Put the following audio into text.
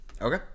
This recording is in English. Okay